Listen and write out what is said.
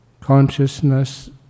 consciousness